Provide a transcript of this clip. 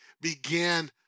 began